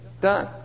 done